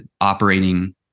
operating